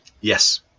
Yes